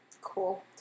Cool